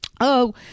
Oh